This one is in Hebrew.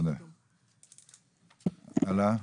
הלאה.